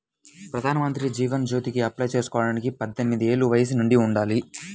ప్రధానమంత్రి జీవన్ జ్యోతికి అప్లై చేసుకోడానికి పద్దెనిది ఏళ్ళు వయస్సు నిండి ఉండాలి